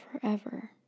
forever